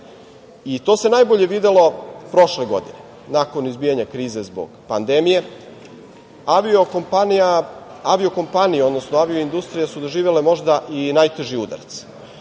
To se najbolje videlo prošle godine nakon izbijanja krize zbog pandemije. Avio-kompanije, odnosno avio-industrija je doživela možda i najteži udarac.